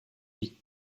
lui